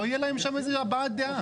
לא יהיה להם שם איזה הבעת דעה?